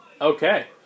Okay